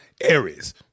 Aries